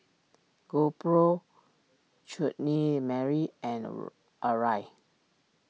GoPro Chutney Mary and Arai